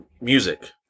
music